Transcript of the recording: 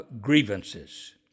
grievances